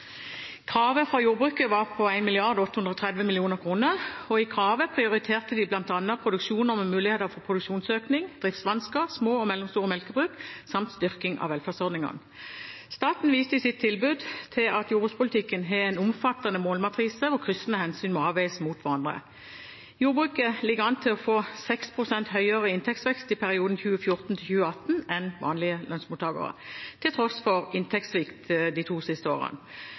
Kravet fra jordbruket var på 1 830 mill. kr. I kravet prioriterte de bl.a. produksjoner med muligheter for produksjonsøkning, driftsvansker, små og mellomstore melkebruk samt styrking av velferdsordningene. Staten viste i sitt tilbud til at jordbrukspolitikken har en omfattende målmatrise, hvor kryssende hensyn må avveies mot hverandre. Jordbruket ligger an til å få 6 pst. høyere inntektsvekst i perioden 2014–2018 enn vanlige lønnsmottakere, til tross for inntektssvikt de to siste årene.